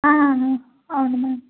ఆ అవును మ్యామ్